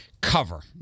cover